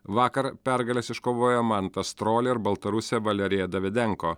vakar pergales iškovojo mantas stroli ir baltarusė valerija davidenko